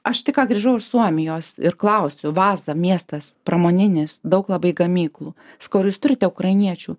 aš tik ką grįžau iš suomijos ir klausiu vasa miestas pramoninis daug labai gamyklų sakau ar jūs turite ukrainiečių